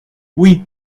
oui